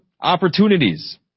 Opportunities